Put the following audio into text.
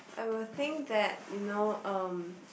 I will think that you know um